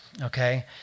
okay